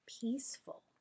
peaceful